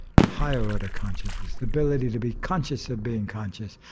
to higher order consciousness, the ability to be conscious of being conscious,